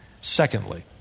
Secondly